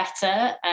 better